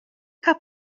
cup